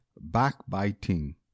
Backbiting